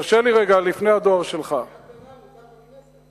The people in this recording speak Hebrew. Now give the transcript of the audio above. ראיתי שמאשרים לחברי כנסת.